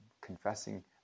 Confessing